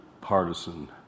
partisan